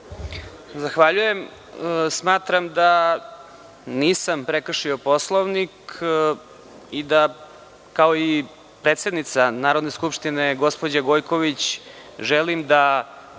Zahvaljujem. Smatram da nisam prekršio Poslovnik i da, kao i predsednica Narodne skupštine, gospođa Gojković, želim da